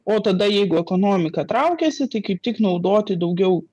o tada jeigu ekonomika traukiasi tai kaip tik naudoti daugiau